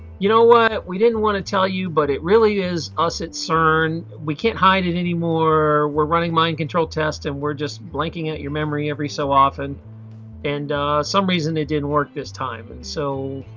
you know what we didn't want to tell you but it really is us at cern. we can't hide it anymore. we're running mind control tests and we're just blanking at your memory every so often and some reason it didn't work this time. and so